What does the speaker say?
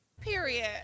period